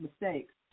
mistakes